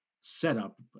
setup